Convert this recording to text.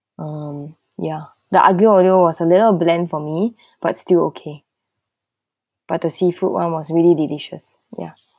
um yeah the aglio olio was a little blend for me but still okay but the seafood one was really delicious ya